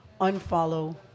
unfollow